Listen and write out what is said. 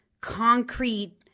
concrete